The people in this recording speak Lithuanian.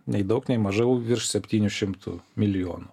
nei daug nei mažai virš septynių šimtų milijonų